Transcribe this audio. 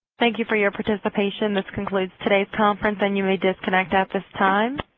thank you for your participation. this concludes today's conference and you may disconnect at this time.